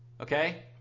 okay